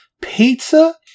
Pizza